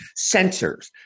sensors